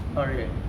oh really